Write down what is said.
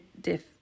diff